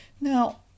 Now